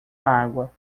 água